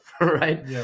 right